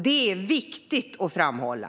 Det är viktigt att framhålla.